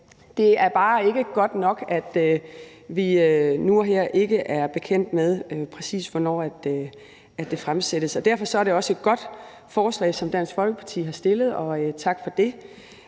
Det er bare ikke godt nok, at vi nu og her ikke er bekendt med, præcis hvornår det fremsættes. Derfor er det også et godt forslag, som Dansk Folkeparti har fremsat, og tak for det.